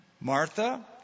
Martha